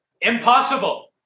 Impossible